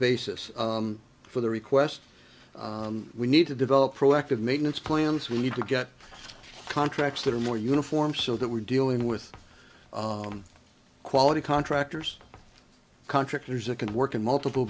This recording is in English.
basis for the request we need to develop proactive maintenance plans we need to get contracts that are more uniform so that we're dealing with quality contractors contractors that can work in multiple